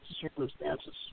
circumstances